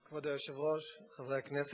כבוד היושב-ראש, חברי הכנסת,